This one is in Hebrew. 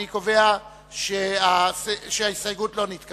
אני קובע שההסתייגות לסעיף 22 לא נתקבלה.